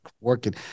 working